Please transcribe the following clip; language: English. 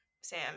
Sam